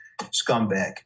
scumbag